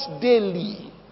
daily